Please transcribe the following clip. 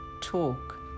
talk